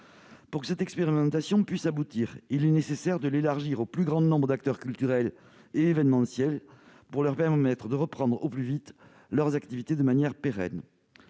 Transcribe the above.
Pour que cette expérimentation puisse aboutir, il est nécessaire de l'élargir au plus grand nombre d'acteurs culturels et événementiels, afin de leur permettre de reprendre au plus vite leurs activités de manière pérenne.